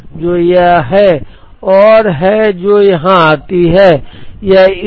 और हमारा तीसरा अभिव्यक्ति x का S बार के लिए अभिव्यक्ति है इसलिए हमारे पास तीन अभिव्यक्ति हैं जो यहां आती हैं